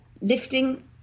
Lifting